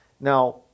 Now